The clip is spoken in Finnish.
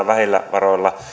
vähillä varoilla